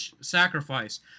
sacrifice